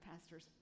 pastor's